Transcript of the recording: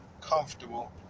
comfortable